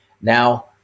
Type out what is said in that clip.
Now